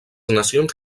nacions